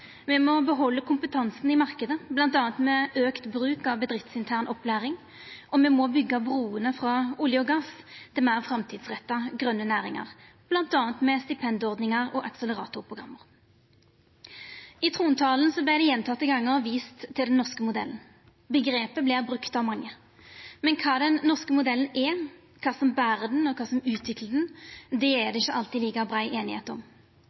Me må behalda kompetansen i marknaden, bl.a. med auka bruk av bedriftsintern opplæring. Og me må byggja bruene frå olje og gass til meir framtidsretta grøne næringar, bl.a. med stipendordningar og akseleratorprogram. I trontalen vart det gjentekne gonger vist til den norske modellen. Omgrepet vert brukt av mange. Men kva den norske modellen er, og kva som ber han og utviklar han, er det ikkje alltid like brei einigheit om.